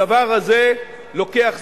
הדבר הזה לוקח זמן.